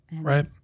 Right